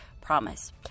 promise